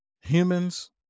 humans